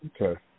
Okay